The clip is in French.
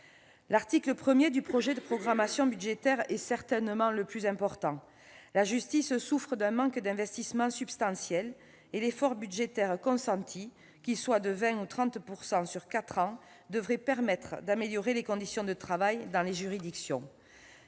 L'article 1 du projet de programmation budgétaire est certainement le plus important. La justice souffre d'un manque d'investissement substantiel. L'effort budgétaire consenti, qu'il soit de 20 % ou 30 % sur quatre ans, devrait permettre d'améliorer les conditions de travail dans les juridictions.